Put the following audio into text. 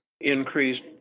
increased